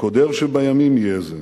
הקודר שבימים יהיה זה,